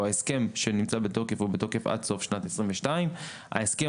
או ההסכם שנמצא בתוקף הוא בתוקף עד סוף שנת 2022. ההסכם